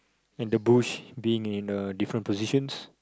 and the bush being in uh different positions